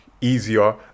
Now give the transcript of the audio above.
easier